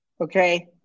Okay